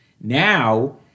Now